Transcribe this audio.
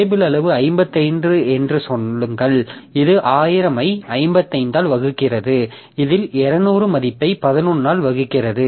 table அளவு 55 என்று சொல்லுங்கள் இது 1000 ஐ 55 ஆல் வகுக்கிறது இது 200 மதிப்பை 11 ஆல் வகுக்கிறது